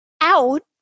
out